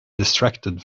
distracted